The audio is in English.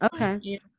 Okay